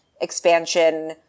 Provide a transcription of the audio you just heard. expansion